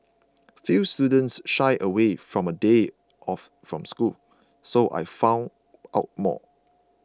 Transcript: few students shy away from a day off from school so I found out more